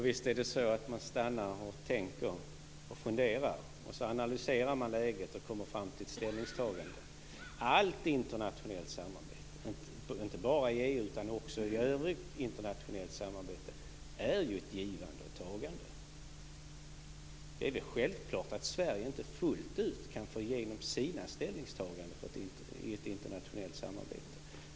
Herr talman! Visst stannar man, tänker, funderar och analyserar läget och kommer fram till ett ställningstagande. Allt internationellt samarbete, inte bara EU-samarbetet, är ett givande och tagande. Det är självklart att Sverige inte fullt ut kan få igenom sina ställningstaganden i ett internationellt samarbete.